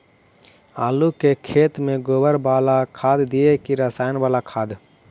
आलू के खेत में गोबर बाला खाद दियै की रसायन बाला खाद?